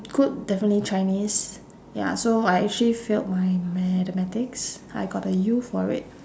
good definitely chinese ya so I actually failed my mathematics I got a U for it